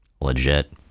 Legit